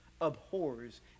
abhors